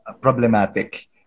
problematic